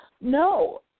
No